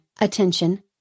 attention